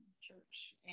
church